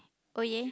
oh ya